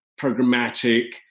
programmatic